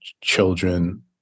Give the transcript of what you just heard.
children